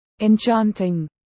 enchanting